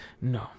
no